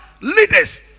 leaders